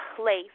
place